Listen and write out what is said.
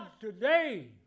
today